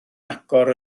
agor